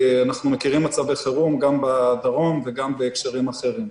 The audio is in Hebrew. אנחנו מכירים מצבי חירום גם בדרום וגם בהקשרים אחרים.